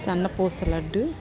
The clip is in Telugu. సన్నపూస లడ్డు